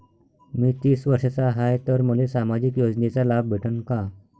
मी तीस वर्षाचा हाय तर मले सामाजिक योजनेचा लाभ भेटन का?